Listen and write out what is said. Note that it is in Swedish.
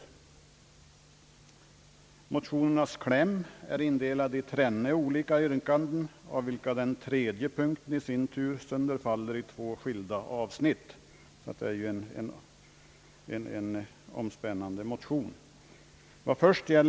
Motionernas kläm är indelad i trenne olika yrkanden, av vilka det tredje i sin tur sönderfaller i två skilda avsnitt. Det är sålunda fråga om en vittomfattande motion.